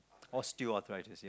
osteoarthritis ya